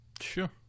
Sure